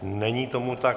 Není tomu tak.